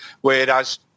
Whereas